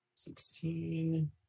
Sixteen